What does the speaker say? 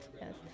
Yes